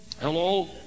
Hello